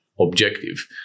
objective